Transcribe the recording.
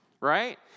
right